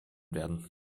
werden